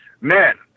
Man